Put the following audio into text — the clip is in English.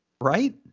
right